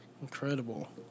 incredible